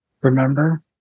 Remember